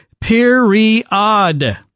period